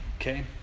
Okay